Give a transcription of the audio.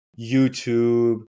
YouTube